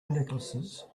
necklaces